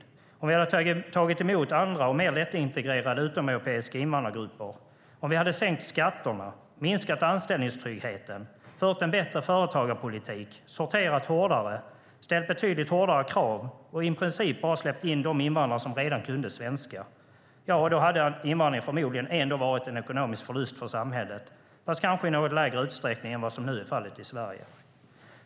Låt oss säga att vi hade tagit emot andra och mer lättintegrerade utomeuropeiska invandrargrupper, att vi hade sänkt skatterna, minskat anställningstryggheten, fört en bättre företagarpolitik, sorterat hårdare, ställt betydligt hårdare krav och i princip bara släppt in de invandrare som redan kunde svenska. Ja, då hade invandringen förmodligen ändå varit en ekonomisk förlust för samhället, fast kanske i något lägre utsträckning än vad som nu är fallet i Sverige.